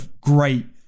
great